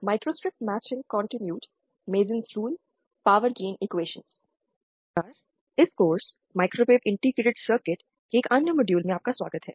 नमस्कार इस course microwave integrated circuit के एक अन्य मॉड्यूल में आपका स्वागत है